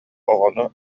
оҕону